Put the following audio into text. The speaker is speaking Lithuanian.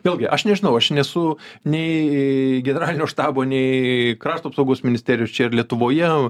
vėlgi aš nežinau aš nesu nei generalinio štabo nei krašto apsaugos ministerijos čia ir lietuvoje